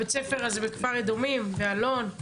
בית הספר הזה בכפר אדומים ואלון?